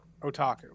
otaku